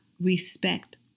respect